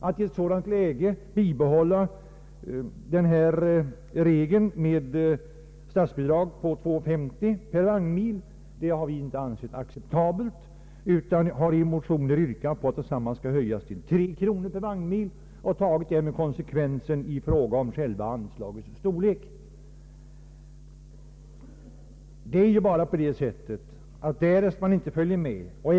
Att i ett sådant läge bibehålla regeln om statsbidrag med kronor 2:50 per vagnmil har vi inte ansett vara acceptabelt utan har yrkat på att bidraget skall höjas till 3 kronor per vagnmil och föreslagit en höjning av anslaget i konsekvens härmed.